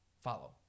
follow